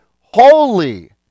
Holy